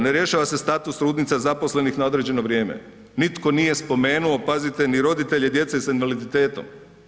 Ne rješava se status trudnica zaposlenih na određeno vrijeme, nitko nije spomenuo pazite ni roditelje djece sa invaliditetom.